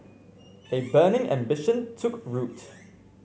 a burning ambition took root